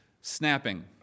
Snapping